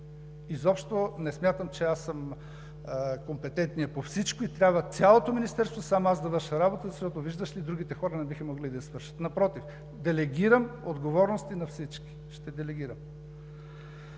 Изобщо не смятам, че аз съм компетентният по всичко и трябва в цялото Министерство само аз да върша работа, защото, виждаш ли, другите хора не биха могли да я свършат. Напротив, делегирам отговорности на всички, ще делегирам.